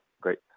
great